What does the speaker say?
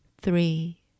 three